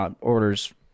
orders